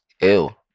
Ew